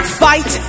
fight